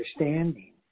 understanding